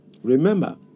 Remember